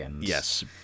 yes